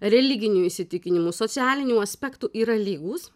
religinių įsitikinimų socialinių aspektų yra lygūs